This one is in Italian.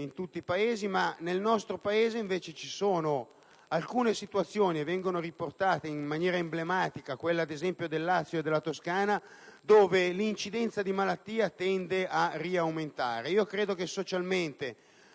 in tutti i Paesi. Nel nostro Paese, invece, ci sono alcune situazioni, riportate in maniera emblematica quali quella del Lazio e della Toscana, dove l'incidenza della malattia tende ad aumentare. Credo che socialmente